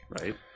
Right